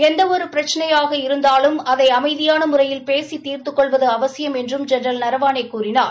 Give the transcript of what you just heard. ஏந்தவித பிரச்சினையாக இருந்தாலும் அதை அமைதியான முறையில் பேசி தீர்த்துக் கொள்வது அவசியம் என்றும் ஜெனரல் நரவாணே கூறினார்